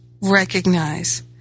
recognize